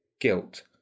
guilt